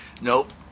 nope